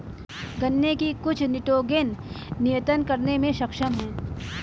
गन्ने की कुछ निटोगेन नियतन करने में सक्षम है